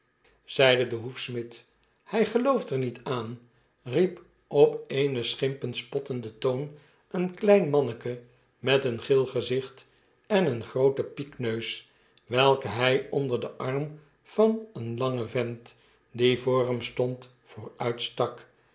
zeide de hrjefsmid b hij gelooft er niet aan riep op eenen schimpend spottenden toon een'klein manneke met een geel gezicht en een grooten piekneus welken hij onder den arm van een langen vent die voor hem stond